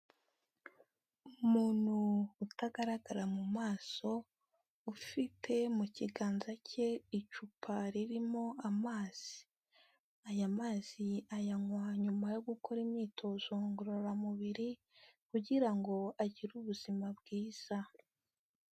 Umuntu utagaragara mu maso, ufite mu kiganza cye icupa ririmo amazi, aya mazi ayanywaha nyuma yo gukora imyitozo ngororamubiri kugira ngo agire ubuzima bwiza.